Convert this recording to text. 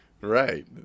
right